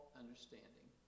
understanding